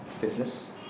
business